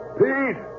pete